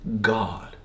God